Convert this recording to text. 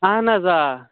اَہَن حظ آ